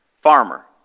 Farmer